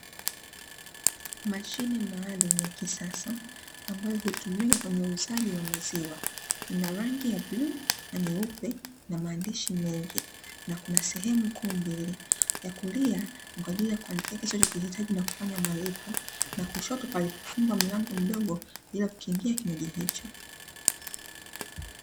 Mashine maalumu ya kisasa ambayo hutumika kwenye uuzaji wa maziwa, ina rangi ya bluu na nyeupe na maandishi mengi, na kuna sehemu kuu mbili, ya kulia ni kwa ajili ya kuandika kiasi unachohitaji na kufanya malipo, na kushoto palipo fungwa mlango mdogo kwa ajili ya kukingia kinywaji hicho.